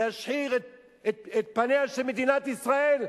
להשחיר את פניה של מדינת ישראל,